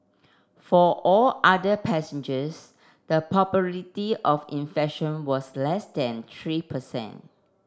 for all other passengers the probability of infection was less than three per cent